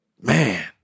Man